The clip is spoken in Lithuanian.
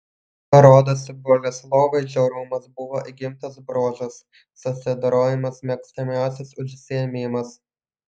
rodosi boleslovui žiaurumas buvo įgimtas bruožas susidorojimas mėgstamiausias užsiėmimas